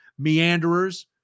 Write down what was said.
meanderers